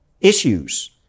issues